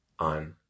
on